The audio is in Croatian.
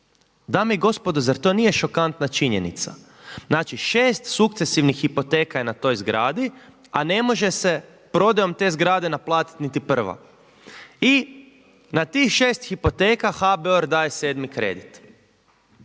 Dame i gospodo zar to nije šokantna činjenica? Znači 6 sukcesivnih hipoteka je na toj zgradi a ne može se prodajom te zgrade naplatiti niti prva. I na tih 6 hipoteka HBOR daje 7. kredit.